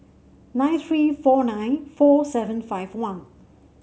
nine three four nine four seven five one